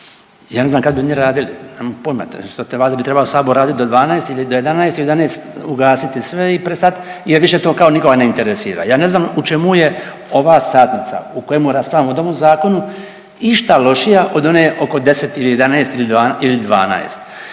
ja ne znam kad bi oni radili, nemam pojma, valjda bi trebao sabor radit do 12 ili do 11 i u 11 ugasiti sve i prestat jer više to kao nikoga ne interesira, ja ne znam u čemu je ova satnica u kojemu raspravljamo o ovome zakonu išta lošija od one oko 10 ili 11 ili 12.